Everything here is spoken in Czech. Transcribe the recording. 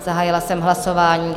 Zahájila jsem hlasování.